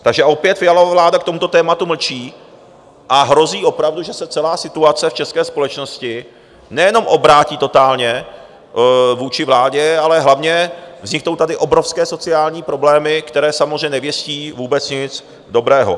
Takže opět Fialova vláda k tomuto tématu mlčí a hrozí opravdu, že se celá situace v české společnosti nejenom obrátí totálně vůči vládě, ale hlavně, vzniknou tady obrovské sociální problémy, které samozřejmě nevěstí vůbec nic dobrého.